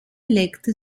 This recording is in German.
legte